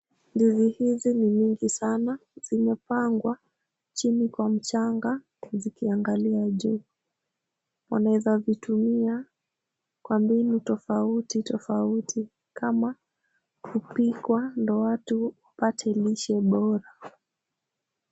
Ndizi hizi ni mingi sana. Zimepangwa chini kwa mchanga zikiangalia juu. Unaweza zitumia kwa mbinu tofauti tofauti kama kupikwa ndio watu wapate lishe bora.